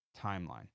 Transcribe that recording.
timeline